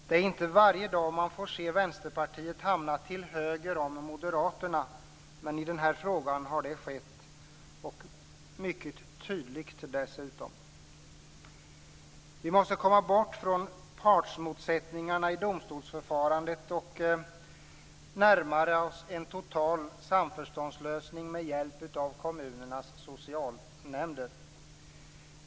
Det är inte varje dag man får se Vänsterpartiet hamna till höger om Moderaterna, men i den här frågan har det skett, och mycket tydligt dessutom. Vi måste komma bort från partsmotsättningarna i domstolsförfarandet och närma oss en total samförståndslösning med hjälp av kommunernas socialnämnder.